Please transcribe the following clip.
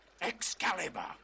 Excalibur